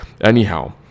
anyhow